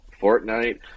Fortnite